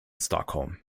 stockholm